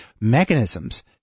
mechanisms